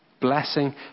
Blessing